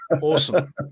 awesome